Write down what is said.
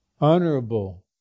honorable